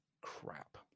crap